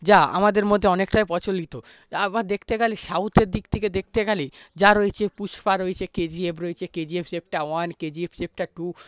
যা আমাদের মধ্যে অনেকটাই প্রচলিত আবার দেখতে গেলে সাউথের দিক থেকে দেখতে গেলে যা রয়েছে পুষ্পা রয়েছে কেজিএফ রয়েছে KGF chapter one KGF chapter two